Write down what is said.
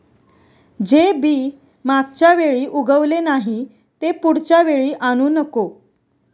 जे बी मागच्या वेळी उगवले नाही, ते पुढच्या वेळी आणू नको